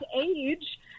age